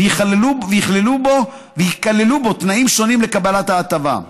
וייכללו בו תנאים שונים לקבלת ההטבה.